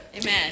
Amen